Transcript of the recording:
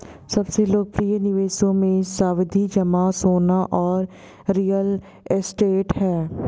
सबसे लोकप्रिय निवेशों मे, सावधि जमा, सोना और रियल एस्टेट है